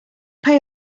pay